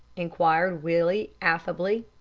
inquired willie, affably.